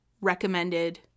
recommended